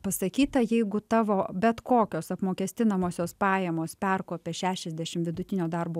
pasakyta jeigu tavo bet kokios apmokestinamosios pajamos perkopė šešiasdešim vidutinio darbo